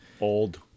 Old